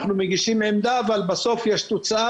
אנחנו מגישים עמדה אבל בסוף יש תוצאה